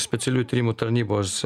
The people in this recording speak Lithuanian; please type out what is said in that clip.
specialiųjų tyrimų tarnybos